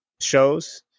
shows